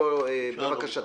בבקשה תחליטו.